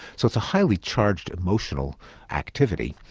so it's a highly charged emotional activity,